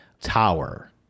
Tower